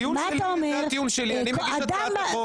אני מביא את הצעת החוק.